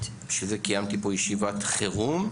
בשביל זה קיימתי פה ישיבת חירום.